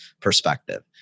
perspective